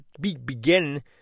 begin